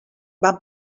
van